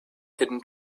hidden